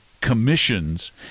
commissions